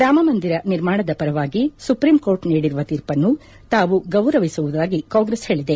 ರಾಮ ಮಂದಿರ ನಿರ್ಮಾಣದ ಪರವಾಗಿ supreme court ನೀಡಿರುವ ತೀರ್ಪನ್ನು ತಾನು ಗೌರವಿಸುವುದಾಗಿ ಕಾಂಗ್ರೆಸ್ ಹೇಳಿದೆ